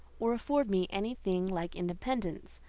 or afford me any thing like independence.